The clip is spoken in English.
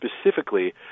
specifically